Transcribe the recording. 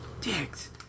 dicks